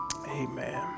Amen